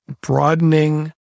broadening